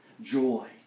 joy